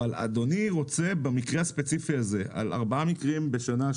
אבל אדוני רוצה במקרה הספציפי הזה על ארבעה מקרים בשנה,